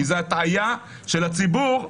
כי זה הטעיה של הציבור,